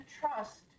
trust